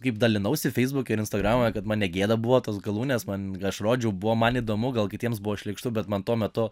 kaip dalinausi feisbuke ir instagrame kad man negėda buvo tos galūnės man aš rodžiau buvo man įdomu gal kitiems buvo šlykštu bet man tuo metu